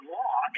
law